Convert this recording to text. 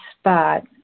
spot